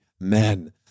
men